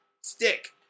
Stick